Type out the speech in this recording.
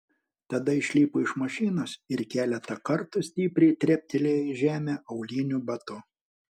tada išlipo iš mašinos ir keletą kartų stipriai treptelėjo į žemę auliniu batu